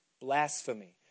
blasphemy